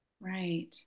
Right